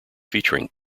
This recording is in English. featuring